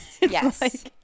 yes